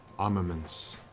armaments.